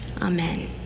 Amen